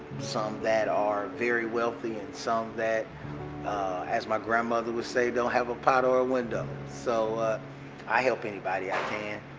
some that are very wealthy and some that as my grandmother would say don't have a pot or a window. so i help anybody i can